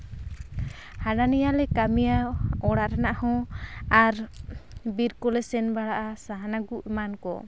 ᱦᱟᱱᱟ ᱱᱤᱭᱟᱹ ᱞᱮ ᱠᱟᱹᱢᱤᱭᱟ ᱚᱲᱟᱜ ᱨᱮᱱᱟᱜ ᱦᱚᱸ ᱟᱨ ᱵᱤᱨ ᱠᱚᱞᱮ ᱥᱮᱱ ᱵᱟᱲᱟᱜᱼᱟ ᱥᱟᱦᱟᱱ ᱟᱹᱜᱩ ᱮᱢᱟᱱ ᱠᱚ